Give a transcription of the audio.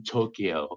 Tokyo